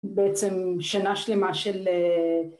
בעצם שנה שלמה של